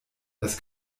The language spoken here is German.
das